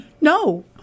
No